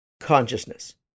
Consciousness